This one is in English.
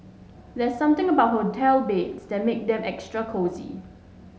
there's something about hotel beds that make them extra cosy